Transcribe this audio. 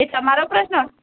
એ તમારો પ્રશ્ન